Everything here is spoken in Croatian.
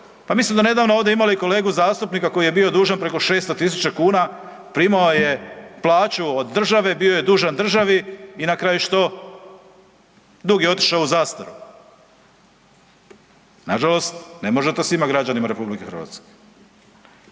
mi smo donedavno ovdje imali kolegu zastupnika koji je bio dužan preko 600 000 kuna, primao je plaću od države, bio je dužan državi i na kraju što, dug je otišao u zastaru. Nažalost, ne može to svima građanima RH.